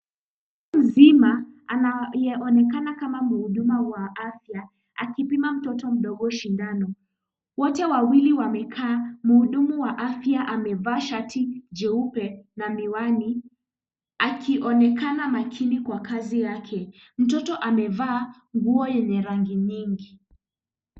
Mtu mzima anayeonekana kama mhuduma wa afya akipima mtoto mdogo sindano. Wote wawili wamekaa. Mhudumu wa afya amevaa shati jeupe na miwani akionekana makini kwa kazi yake. Mtoto amevaa nguo yenye rangi nyingi.